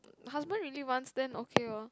husband really wants then okay lor